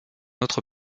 autre